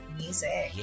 music